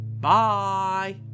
Bye